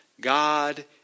God